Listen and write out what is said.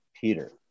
Peter